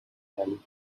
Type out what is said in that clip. and